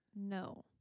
No